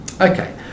Okay